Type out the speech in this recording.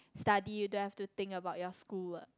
study you don't have to think about your school work